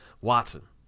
Watson